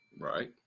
Right